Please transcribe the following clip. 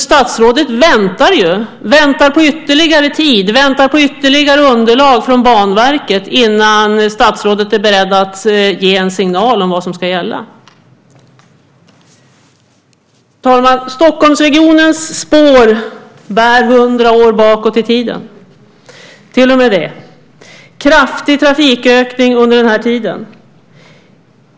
Statsrådet väntar på ytterligare tid, väntar på ytterligare underlag från Banverket, innan statsrådet är beredd att ge en signal om vad som ska gälla. Herr talman! Stockholmsregionens spår bär 100 år bakåt i tiden - till och med det. Det har varit en kraftig trafikökning under den tiden.